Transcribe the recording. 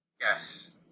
Yes